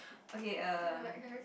okay err